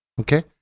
Okay